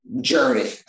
journey